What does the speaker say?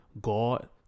God